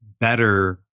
better